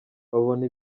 babona